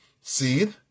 Seed